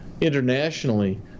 internationally